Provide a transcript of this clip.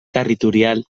territorial